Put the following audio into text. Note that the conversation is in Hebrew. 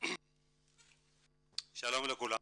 שלום לכולם.